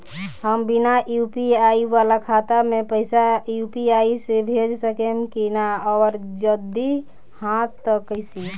हम बिना यू.पी.आई वाला खाता मे पैसा यू.पी.आई से भेज सकेम की ना और जदि हाँ त कईसे?